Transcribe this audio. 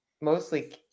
mostly